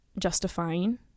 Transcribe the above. justifying